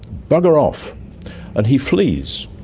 bugger off and he flees.